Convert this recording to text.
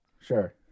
sure